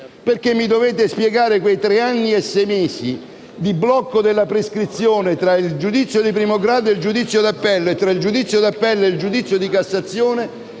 dovete infatti spiegare se quei tre anni e sei mesi di blocco della prescrizione tra il giudizio di primo grado e il giudizio di appello e tra il giudizio di appello e il giudizio di cassazione,